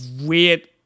weird